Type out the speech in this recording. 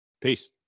Peace